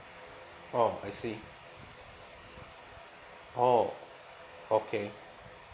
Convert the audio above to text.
oh I see oh okay